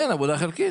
כן, עבודה חלקית.